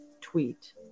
tweet